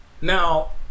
now